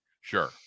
Sure